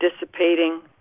dissipating